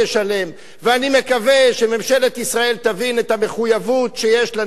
ואני מקווה שממשלת ישראל תבין את המחויבות שיש לנו לעדה הדרוזית.